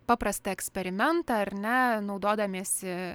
paprastą eksperimentą ar ne naudodamiesi